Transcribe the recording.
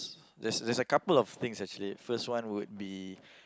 there's there's a couple of things actually first one would be